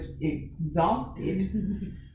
exhausted